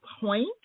point